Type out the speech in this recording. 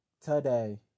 today